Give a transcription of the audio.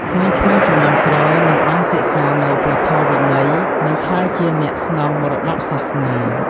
ក្មេងៗជំនាន់ក្រោយនឹងបានសិក្សានូវព្រះធម៌វិន័យ និងក្លាយជាអ្នកស្នងមរតកសាសនា។